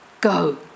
go